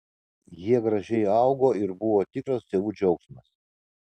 jie gražiai augo ir buvo tikras tėvų džiaugsmas